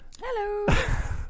Hello